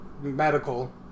medical